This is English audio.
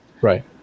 Right